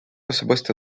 особисто